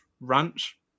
Ranch